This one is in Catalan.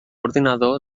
ordinador